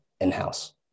in-house